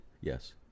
Yes